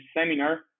seminar